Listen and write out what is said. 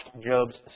Job's